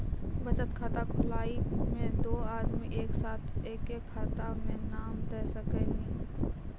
बचत खाता खुलाए मे दू आदमी एक साथ एके खाता मे नाम दे सकी नी?